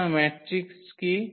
সুতরাং ম্যাট্রিক্স কি